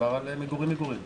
מדובר על מגורים מגורים.